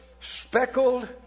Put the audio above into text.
speckled